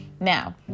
Now